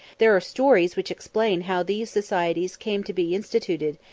there are stories which explain how these societies came to be instituted,